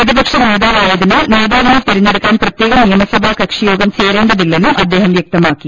പ്രതി പക്ഷ നേതാവായതിനാൽ നേതാവിനെ തെരഞ്ഞെടുക്കാൻ പ്രത്യേക നിയമസഭാ കക്ഷിയോഗം ചേരേണ്ടതില്ലെന്നും അദ്ദേഹം വ്യക്തമാക്കി